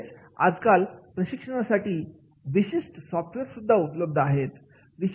तसेच आज काल प्रशिक्षणासाठी विशिष्ट सॉफ्टवेअर सुद्धा उपलब्ध आहेत